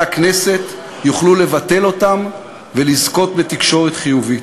הכנסת יוכלו לבטל אותם ולזכות בתקשורת חיובית.